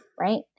Right